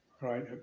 Right